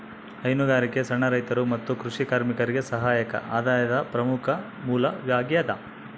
ಹೈನುಗಾರಿಕೆ ಸಣ್ಣ ರೈತರು ಮತ್ತು ಕೃಷಿ ಕಾರ್ಮಿಕರಿಗೆ ಸಹಾಯಕ ಆದಾಯದ ಪ್ರಮುಖ ಮೂಲವಾಗ್ಯದ